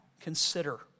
Consider